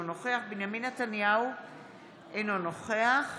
אינו נוכח